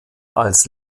als